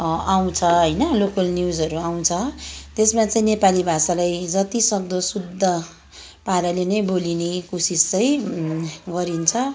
आउँछ होइन लोकल न्युजहरू आउँछ त्यसमा चाहिँ नेपाली भाषालाई जति सक्दो शुद्ध पाराले नै बोलिने कोसिस चाहिँ गरिन्छ